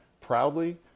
proudly